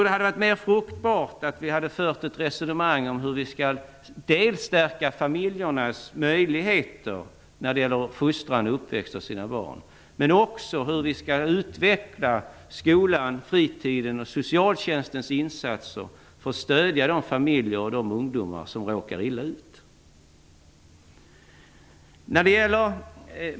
Det hade varit mer fruktbart att föra ett resonemang om hur vi skall stärka familjernas möjligheter att fostra sina barn och om hur vi skall utveckla de insatser som sker i skolan, under fritiden och från socialtjänsten för att stöda de familjer och de ungdomar som råkar illa ut.